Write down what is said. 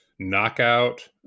Knockout